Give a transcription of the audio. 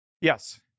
Yes